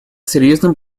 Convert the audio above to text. серьезным